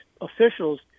officials